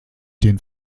den